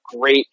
great